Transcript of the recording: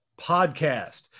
podcast